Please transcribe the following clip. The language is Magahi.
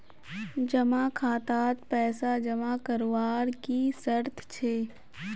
जमा खातात पैसा जमा करवार की शर्त छे?